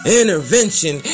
intervention